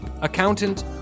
accountant